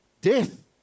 death